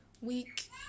week